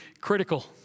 critical